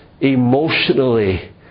emotionally